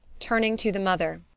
turning to the mother,